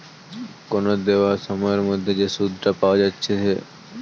কোন দেওয়া সময়ের মধ্যে যে সুধটা পাওয়া যাইতেছে